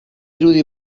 irudi